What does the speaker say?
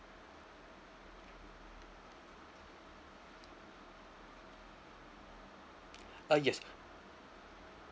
uh yes